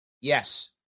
yes